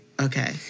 Okay